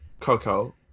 coco